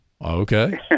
okay